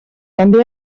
també